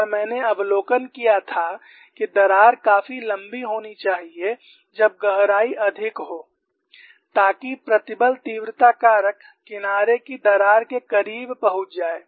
और मैंने अवलोकन किया था कि दरार काफी लंबी होनी चाहिए जब गहराई अधिक हो ताकि प्रतिबल तीव्रता कारक किनारे की दरार के करीब पहुंच जाए